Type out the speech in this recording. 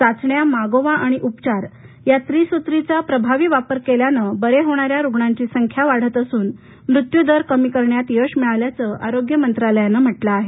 चाचण्या मागोवा आणि उपचार या त्रिसूत्रीचा प्रभावी वापर केल्यानं बरे होणाऱ्या रुग्णांची संख्या वाढत असून मृत्यू दर कमी करण्यात यश मिळाल्याचं आरोग्य मंत्रालयानं म्हटलं आहे